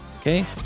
Okay